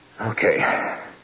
Okay